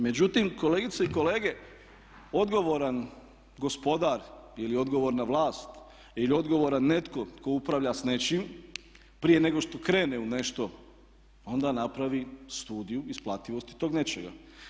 Međutim, kolegice i kolege, odgovoran gospodar ili odgovorna vlast ili odgovoran netko tko upravlja s nečim prije nego što krene u nešto onda napravi studiju isplativosti tog nečega.